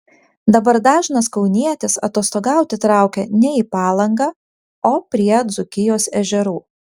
dabar dažnas kaunietis atostogauti traukia ne į palangą o prie dzūkijos ežerų